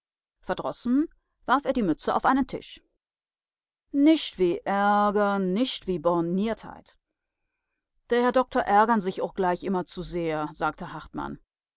verdrossen warf er die mütze auf einen stuhl nischt wie ärger nischt wie borniertheit der herr dokter ärgern sich ooch gleich immer zu sehr sagte hartmann